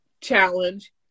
challenge